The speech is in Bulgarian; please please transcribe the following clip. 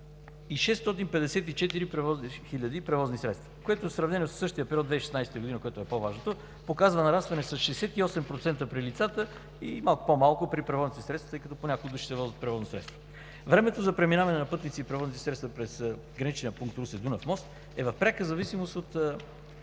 и 654 хил. превозни средства, което сравнено със същия период за 2016 г., което е по-важното, показва нарастване с 68% при лицата и малко по-малко при превозните средства, тъй като по няколко души се возят в превозно средство. Времето за преминаване на пътници и превозни средства през граничния пункт Русе – Дунав мост, е в пряка зависимост от